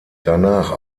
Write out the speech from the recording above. danach